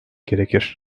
gerekir